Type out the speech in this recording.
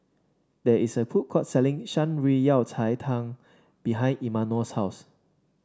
there is a food court selling Shan Rui Yao Cai Tang behind Imanol's house